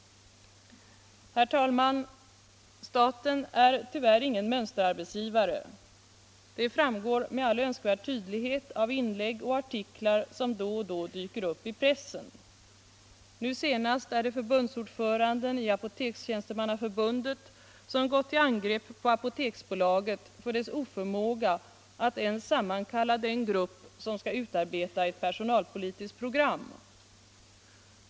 Herr talman! Staten är tyvärr ingen mönsterarbetsgivare. Det framgår med all önskvärd tydlighet av inlägg och artiklar som då och då dyker upp i dagspressen. Nu senast är det förbundsordföranden i Apotekstjänstemannaförbundet som gått till angrepp på Apoteksbolaget för dess oförmåga att ens sammankalla den grupp som skall utarbeta ett personalpolitiskt program.